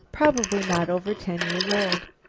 probably not over ten years old.